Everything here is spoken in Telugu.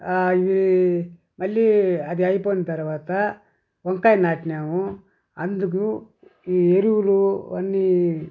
ఇవి మళ్ళీ అది అయిపోయిన తరవాత వంకాయి నాటినాము అందుకు ఈ ఎరువులు అన్నీ